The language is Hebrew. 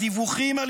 הדיווחים על